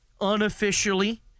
unofficially